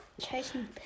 Chasing